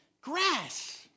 grass